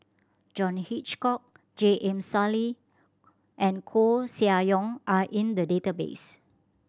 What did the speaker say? John Hitchcock J M Sali and Koeh Sia Yong are in the database